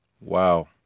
Wow